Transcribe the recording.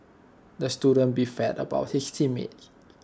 the student beefed about his team mates